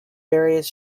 various